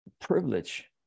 privilege